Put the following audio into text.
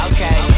Okay